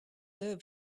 live